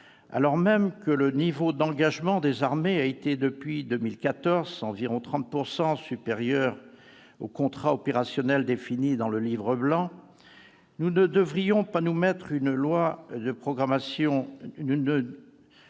Alors même que le niveau d'engagement des armées a été, depuis 2014, environ 30 % supérieur aux contrats opérationnels définis dans le Livre blanc, nous ne devrions pas nous permettre une loi de programmation